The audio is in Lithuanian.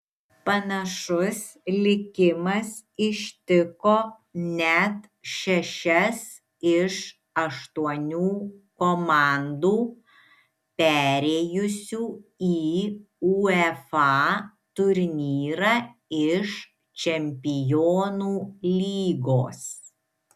panašus likimas ištiko net šešias iš aštuonių komandų perėjusių į uefa turnyrą iš čempionų lygos